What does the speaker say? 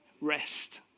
Rest